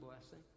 blessing